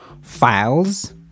files